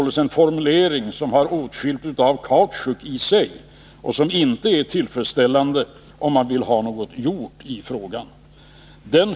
Det är en kautschukartad formulering, som inte är tillfredsställande för den som vill ha något gjort i frågan.